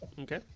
Okay